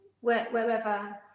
wherever